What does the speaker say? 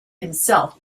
himself